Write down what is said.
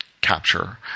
capture